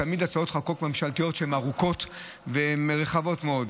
תמיד הצעות חוק ממשלתיות הן ארוכות ורחבות מאוד.